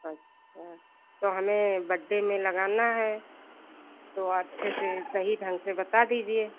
अच्छा तो हमे बड्डे में लगाना है तो अच्छे से सही ढंग से बता दीजिए